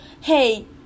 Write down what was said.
hey